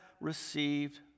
received